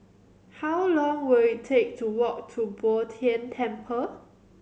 how long will it take to walk to Bo Tien Temple